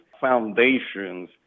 foundations